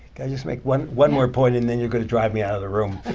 i just make one one more point? and then you're going to drive me out of the room?